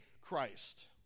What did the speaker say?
Christ